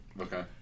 Okay